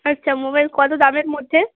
আচ্ছা মোবাইল কত দামের মধ্যে